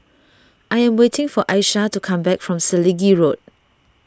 I am waiting for Aisha to come back from Selegie Road